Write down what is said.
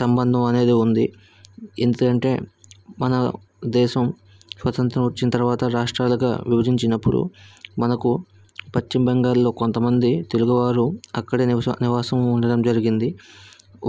సంబంధం అనేది ఉంది ఎందుకు అంటే మన దేశం స్వతంత్రం వచ్చిన తర్వాత రాష్ట్రాలుగా విభజించినప్పుడు మనకు పశ్చిమబెంగాల్లో కొంతమంది తెలుగువారు అక్కడే నివసం నివాసం ఉండడం జరిగింది